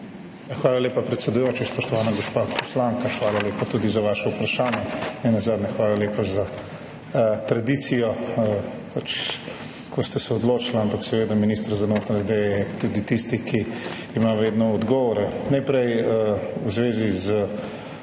Hvala lepa, predsedujoči. Spoštovana gospa poslanka, hvala lepa tudi za vaše vprašanje, nenazadnje hvala lepa za tradicijo, da ste se odločila, ampak seveda, minister za notranje zadeve je tisti, ki ima vedno odgovore. Najprej v zvezi z